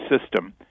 system